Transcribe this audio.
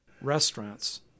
restaurants